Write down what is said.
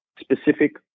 specific